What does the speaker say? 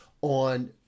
on